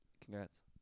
Congrats